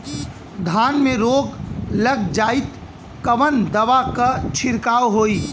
धान में रोग लग जाईत कवन दवा क छिड़काव होई?